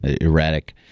erratic